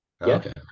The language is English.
Okay